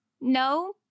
No